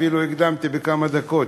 אפילו הקדמתי בכמה דקות,